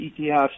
ETFs